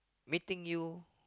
meeting you